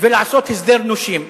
ולעשות הסדר נושים.